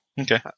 Okay